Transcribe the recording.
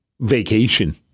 vacation